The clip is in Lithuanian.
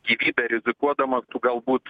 gyvybe rizikuodamas tu galbūt